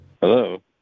Hello